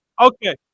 okay